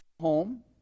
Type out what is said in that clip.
home